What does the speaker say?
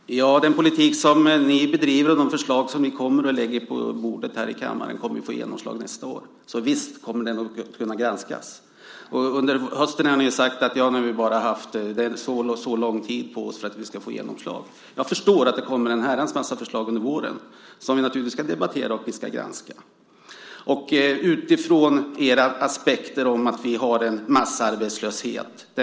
Fru talman! Den politik som ni bedriver och de förslag som ni lägger på kammarens bord kommer att få genomslag nästa år. Visst kommer den att kunna granskas. Under hösten har ni sagt att ni bara har haft si eller så lång tid på er för att få genomslag. Jag förstår att det kommer en herrans massa förslag under våren. Dem ska vi naturligtvis debattera och granska. Ni talar om att vi har en massarbetslöshet.